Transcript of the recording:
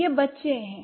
यह बच्चे हैं